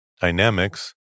dynamics